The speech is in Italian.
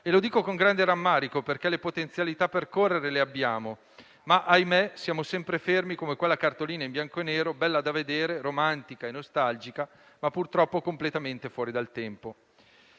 E lo dico con grande rammarico, perché le potenzialità per correre le abbiamo, ma - ahimè - siamo sempre fermi come quella cartolina in bianco e nero, bella da vedere, romantica e nostalgica, ma purtroppo completamente fuori dal tempo.